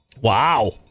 Wow